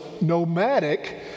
nomadic